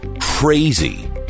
crazy